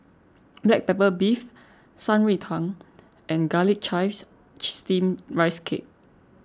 Black Pepper Beef Shan Rui Tang and Garlic Chives Steamed Rice Cake